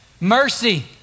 mercy